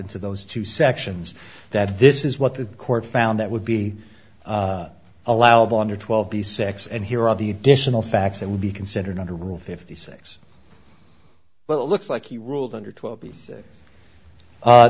into those two sections that this is what the court found that would be allowable under twelve b six and here are the additional facts that would be considered under rule fifty six well it looks like he ruled under twelve